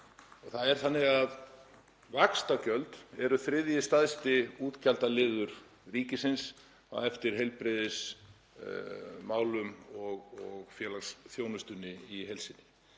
og það er þannig að vaxtagjöld eru þriðji stærsti útgjaldaliður ríkisins á eftir heilbrigðismálum og félagsþjónustunni í heild sinni.